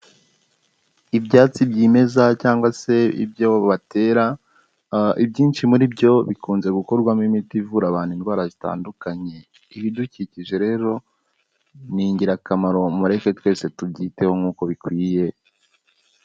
Ibyatsi byimeza cyangwa se ibyo batera, ibyinshi muri byo bikunze gukorwamo imiti ivura abantu indwara zitandukanye, ibidukikije rero ni ingirakamaro, mureke twese tubyiteho nk'uko bikwiye.